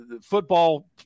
football